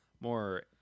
more